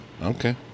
Okay